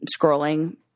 scrolling